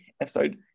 episode